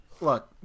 look